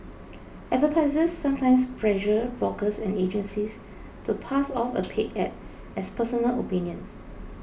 advertisers sometimes pressure bloggers and agencies to pass off a paid ad as personal opinion